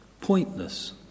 pointless